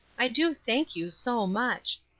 i do thank you so much.